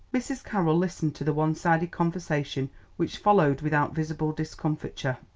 mrs. carroll listened to the one-sided conversation which followed without visible discomfiture.